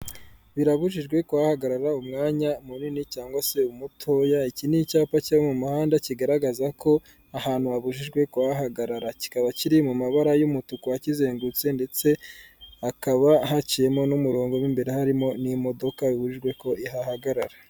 Birabujijwe kuhahagarara umwanya munini cyangwa se umutoya, iki ni icyapa cyo mu muhanda kigaragaza ko ahantu habujijwe kuhahagarara, kikaba kiri mu mabara y'umutuku akizengurutse ndetse hakaba hacirimo n'umurongo mu imbere harimo n'imodoka bibujijwe ko ihahagarara.